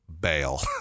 bail